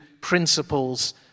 principles